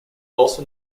also